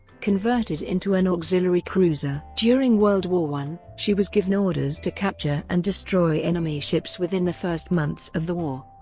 converted into an auxiliary cruiser during world war i, she was given orders to capture and destroy enemy ships within the first months of the war.